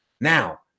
Now